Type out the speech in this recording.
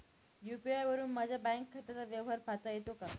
UPI वरुन माझ्या bank खात्याचा व्यवहार पाहता येतो का?